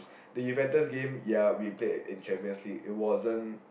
the Juventus game ya we played in Champion's League it wasn't